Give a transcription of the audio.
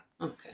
Okay